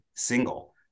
Single